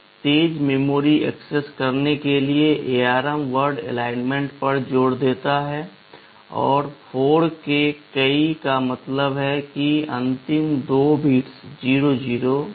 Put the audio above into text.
तेज memory access करने के लिए ARM वर्ड अलाइनमेंट पर जोर देता है और 4 के कई का मतलब है कि अंतिम दो बिट्स 00 हैं